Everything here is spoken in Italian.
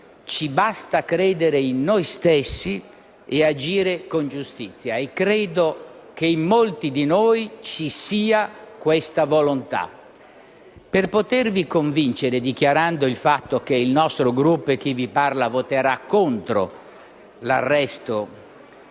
ci basta credere in noi stessi e agire con giustizia, e credo che in molti di noi ci sia questa volontà. Per potervi convincere, dichiarando il fatto che il nostro Gruppo e chi vi parla voterà contro l'arresto